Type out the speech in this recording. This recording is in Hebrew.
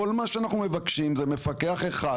כל מה שאנחנו מבקשים זה מפקח אחד,